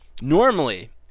Normally